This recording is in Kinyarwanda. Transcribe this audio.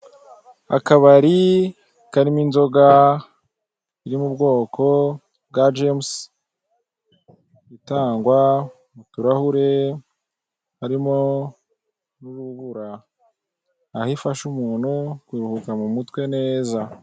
Akabari karimo inzoga y'ubwoko bwa jemusi, itangwa mu turahure harimo n'ugura, aho ifasha umuntu kuruhuka mu mutwe neza.